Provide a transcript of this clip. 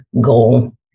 goal